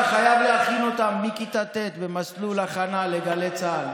אתה חייב להכין אותם מכיתה ט' במסלול הכנה לגלי צה"ל,